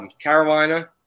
Carolina